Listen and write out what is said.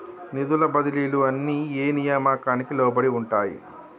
నిధుల బదిలీలు అన్ని ఏ నియామకానికి లోబడి ఉంటాయి?